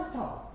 talk